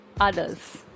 others